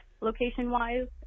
Location-wise